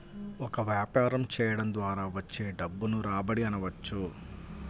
ఒక వ్యాపారం చేయడం ద్వారా వచ్చే డబ్బును రాబడి అనవచ్చు